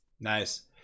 Nice